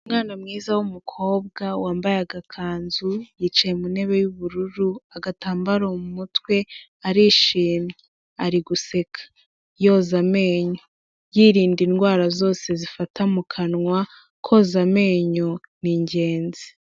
Umwana mwiza w'umukobwa wambaye agakanzu, yicaye mu ntebe y'ubururu, agatambaro mu umutwe, arishimye, ari guseka yoza amenyo, yirinda indwara zose zifata mu kanwa. Koza amenyo n'ingenzi.